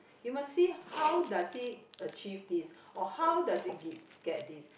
you must see how does he achieve this or how does he give get this